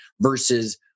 Versus